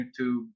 YouTube